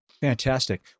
Fantastic